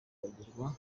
bakibagirwa